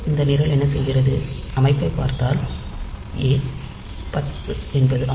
இந்த நிரல் என்ன செய்கிறது அமைப்பைப் பார்த்தால் ஏ 10 என்பது ஆகும்